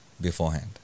beforehand